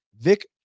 Vic